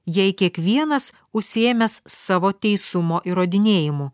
jei kiekvienas užsiėmęs savo teisumo įrodinėjimu